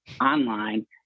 online